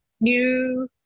new